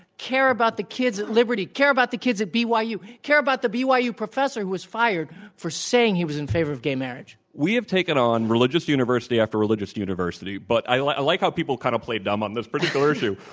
care about the kids at catholic, care about the kids at byu, care about the byu professor who was fired for saying he was in favor of gay marriage. we have taken on religious university after religious university, but i like like how people kind of play dumb on this particular issue,